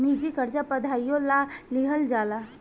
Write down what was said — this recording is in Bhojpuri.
निजी कर्जा पढ़ाईयो ला लिहल जाला